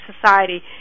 society